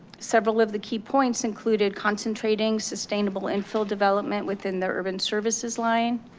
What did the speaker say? several of the key points included concentrating sustainable infill development within the urban services line,